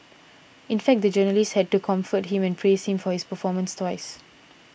in fact the journalist had to comfort him and praise him for his performance twice